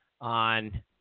on